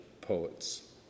poets